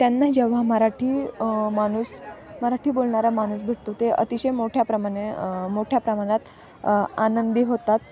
त्यांना जेव्हा मराठी माणूस मराठी बोलणारा माणूस भेटतो ते अतिशय मोठ्या प्रमाने मोठ्या प्रमाणात आनंदी होतात